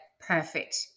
perfect